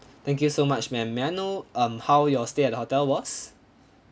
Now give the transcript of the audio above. thank you so much ma'am may I know um how your stay at the hotel was